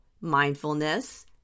mindfulness